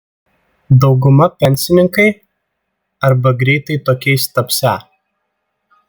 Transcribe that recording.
dauguma pensininkai arba greitai tokiais tapsią